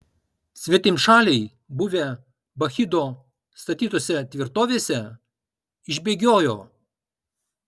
svetimšaliai buvę bakchido statytose tvirtovėse išbėgiojo